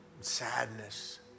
sadness